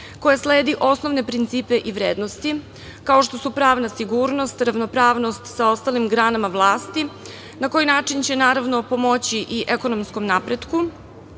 koje sledi osnovne principe i vrednosti, kao što su pravna sigurnost, ravnopravnost sa ostalim granama vlasti, na koji način će pomoći i ekonomskom napretku,